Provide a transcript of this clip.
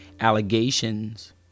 Allegations